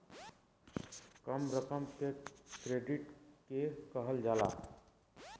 कम रकम के क्रेडिट के कहल जाला